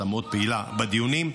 שהייתה מאוד פעילה בדיונים,